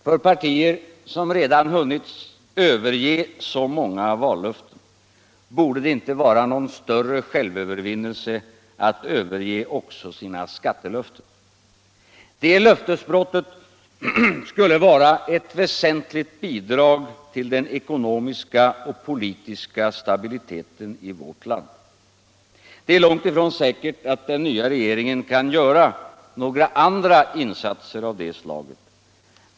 För partier som redan hunnit överge så många vallöften borde det inte vara någon större självövervinnelse att överge också sina skattelöften. Det löftesbrottet skulle vara ett väsentligt bidrag till den ekonomiska och politiska stabiliteten i vårt land. Det är långt ifrån säkert att den nya regeringen kan göra några andra insatser av det slaget.